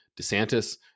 DeSantis